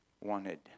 wanted